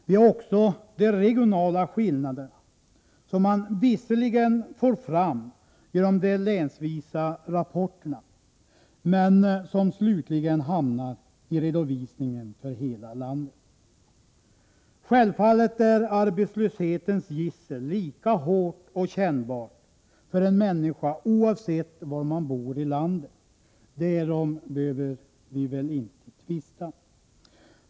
Vi har också de regionala skillnaderna, som man visserligen får fram genom de länsvisa rapporterna men som slutligen hamnar i redovisningen för hela landet. Självfallet är arbetslöshetens gissel lika hårt och kännbart, oavsett var man borilandet. Därom behöver vi väl inte tvista.